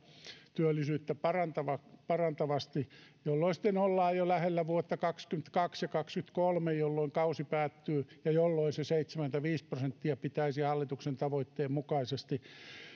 työllisyyttä parantavasti parantavasti jolloin sitten ollaan jo lähellä vuotta kaksikymmentäkaksi ja kaksikymmentäkolme jolloin kausi päättyy ja jolloin se seitsemänkymmentäviisi prosenttia pitäisi hallituksen tavoitteen mukaisesti